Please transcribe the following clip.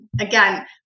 Again